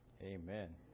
Amen